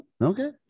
okay